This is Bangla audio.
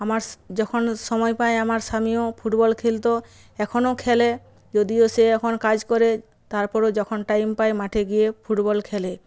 আমার যখন সময় পায় আমার স্বামীও ফুটবল খেলত এখনও খেলে যদিও সে এখন কাজ করে তারপরেও যখন টাইম পায় মাঠে গিয়ে ফুটবল খেলে